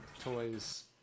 toys